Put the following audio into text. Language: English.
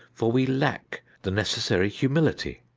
for we lack the necessary humility.